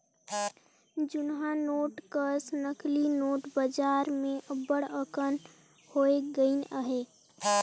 जुनहा नोट कस नकली नोट बजार में अब्बड़ अकन होए गइन अहें